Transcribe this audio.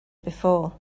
before